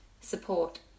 support